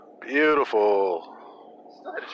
Beautiful